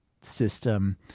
system